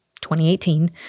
2018